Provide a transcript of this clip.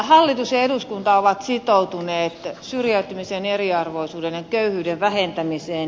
hallitus ja eduskunta ovat sitoutuneet syrjäytymisen eriarvoisuuden ja köyhyyden vähentämiseen